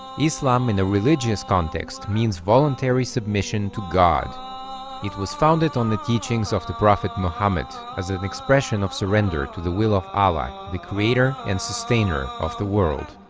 islam in a religious context means voluntary submission to god it was founded on the teachings of the prophet muhammad as an expression of surrender to the will of allah the creator and sustainer of the world